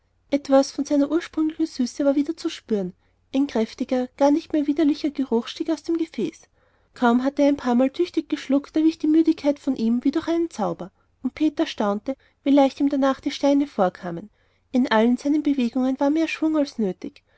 etwas von seiner ursprünglichen süße war wieder zu spüren ein kräftiger gar nicht mehr widerlicher geruch stieg aus dem gefäß kaum hatte er ein paarmal tüchtig geschluckt da wich die müdigkeit von ihm wie durch einen zauber und peter staunte wie leicht ihm danach die steine vorkamen in allen seinen bewegungen war mehr schwung als